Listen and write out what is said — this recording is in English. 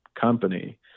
company